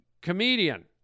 comedian